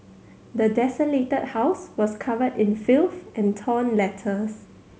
the desolated house was covered in filth and torn letters